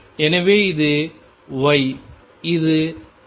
எனவே இது எனது Y இது X